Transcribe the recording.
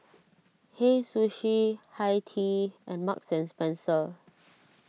Hei Sushi Hi Tea and Marks and Spencer